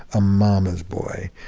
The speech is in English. ah mama's boy.